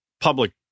public